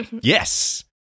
yes